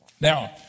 Now